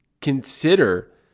consider